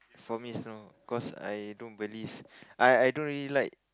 for me it's not cause I don't believe I I don't really like